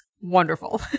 wonderful